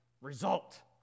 result